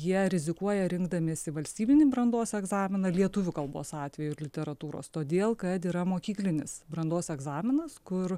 jie rizikuoja rinkdamiesi valstybinį brandos egzaminą lietuvių kalbos atveju literatūros todėl kad yra mokyklinis brandos egzaminas kur